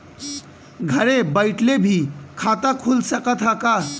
घरे बइठले भी खाता खुल सकत ह का?